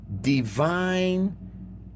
divine